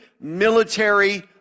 military